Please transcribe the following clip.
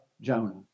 Jonah